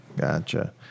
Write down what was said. Gotcha